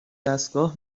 دستگاه